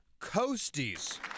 Coasties